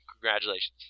Congratulations